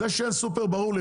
זה שאין סופר ברור לי,